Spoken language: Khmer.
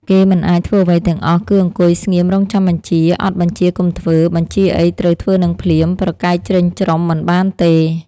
គេមិនអាចធ្វើអ្វីទាំងអស់ គឺអង្គុយស្ងៀមរងចាំបញ្ជា អត់បញ្ជាកុំធ្វើ បញ្ជាអីត្រូវធ្វើនឹងភ្លាម ប្រកែកច្រេមច្រុមមិនបានទេ។